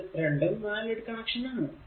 ഇത് രണ്ടും valid connection ആണ്